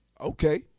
Okay